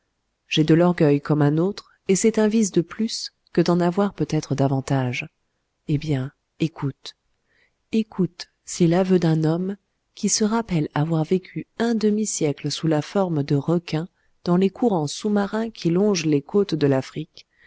j'ai de l'orgueil comme un autre et c'est un vice de plus que d'en avoir peut-être davantage eh bien écoute écoute si l'aveu d'un homme qui se rappelle avoir vécu un demi-siècle sous la forme de requin dans les courants sous-marins qui longent les côtes de l'afrique